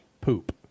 poop